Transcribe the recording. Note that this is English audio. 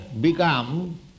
become